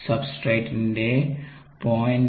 സബ്സ്ട്രടിന്റെ 0